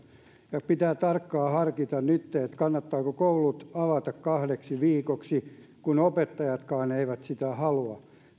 pitää tarkkaan harkita nytten kannattaako koulut avata kahdeksi viikoksi kun opettajatkaan eivät sitä halua